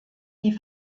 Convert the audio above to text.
die